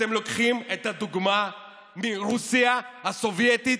אתם לוקחים את הדוגמה מרוסיה הסובייטית,